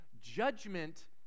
Judgment